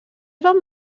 van